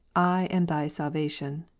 i am thy salvation.